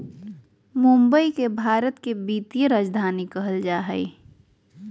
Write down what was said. मुंबई के भारत के वित्तीय राजधानी कहल जा हइ